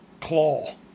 claw